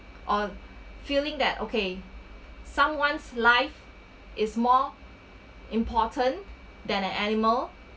or feeling that okay someone's life is more important than an animal